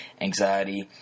anxiety